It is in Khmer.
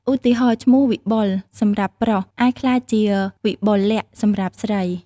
ឧទាហរណ៍ ឈ្មោះ "វិបុល" សម្រាប់ ប្រុស អាចក្លាយជា "វិបុលលក្ខណ៍" សម្រាប់ស្រី។